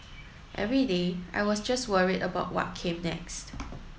every day I was just worried about what came next